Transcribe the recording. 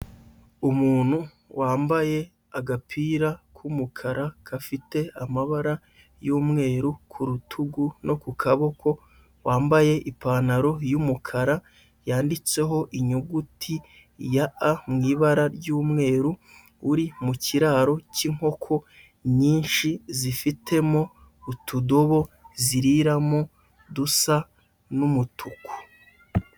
Umuntu wambaye agapira k'umukara gafite amabara y'umweru ku rutugu no ku kaboko, wambaye ipantaro y'umukara yanditseho inyuguti ya A mu ibara ry'umweru uri mu kiraro k'inkoko nyinshi zifitemo utudobo ziriramo dusa n'umutuku.